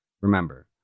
Remember